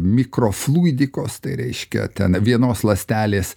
mikrofluidikos tai reiškia ten vienos ląstelės